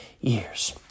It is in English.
years